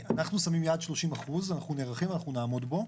אנחנו שמים יעד 30%. אנחנו נערכים ואנחנו נעמוד בו.